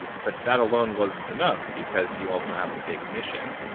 but that alone wasn't enough, because you also have a big mission.